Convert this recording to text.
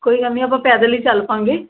ਕੋਈ ਗੱਲ ਨਹੀਂ ਆਪਾਂ ਪੈਦਲ ਹੀ ਚੱਲ ਪਵਾਂਗੇ